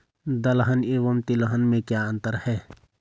दलहन एवं तिलहन में क्या अंतर है?